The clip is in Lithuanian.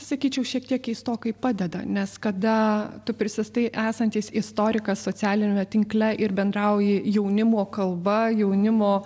sakyčiau šiek tiek keistokai padeda nes kada tu prisistatai esantis istorikas socialiniame tinkle ir bendrauji jaunimo kalba jaunimo